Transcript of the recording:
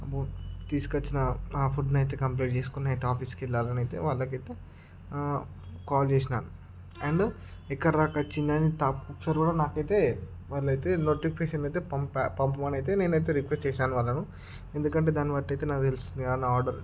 అం తీసుకొచ్చిన ఆ ఫుడ్నైతే కంప్లీట్ చేసుకుని అయితే ఆఫీస్కి వెళ్ళాలి అని అయితే వాళ్ళకైతే కాల్ చేసిన అండ్ ఇక్కడ దాక వచ్చిందని అప్పుడు కూడా నాకైతే వాళ్ళయితే నోటిఫికేషన్లో అయితే పంపా పంపమని అయితే నేనైతే రిక్వెస్ట్ చేశాను వాళ్ళను ఎందుకంటే దాన్ని బట్టి అయితే నాకు తెలుస్తుందిగా నా ఆర్డర్